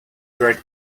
right